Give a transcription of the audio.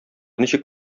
ничек